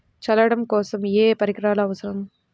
చల్లడం కోసం ఏ పరికరాలు అవసరం?